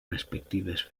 respectives